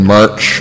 March